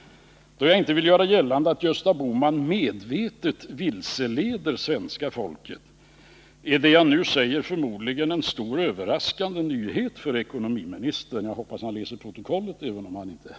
Då jag inte vill göra gällande att Gösta Bohman medvetet vilseleder svenska folket, är det jag nu relaterar förmodligen en stor och överraskande nyhet för ekonomiministern — han är ju inte här nu, men jag hoppas att han läser protokollet.